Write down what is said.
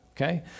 okay